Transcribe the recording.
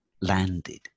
landed